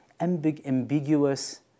ambiguous